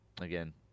again